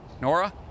Nora